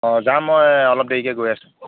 অঁ যাম মই অলপ দেৰিকৈ গৈ আছোঁ